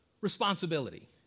responsibility